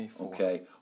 okay